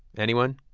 anyone?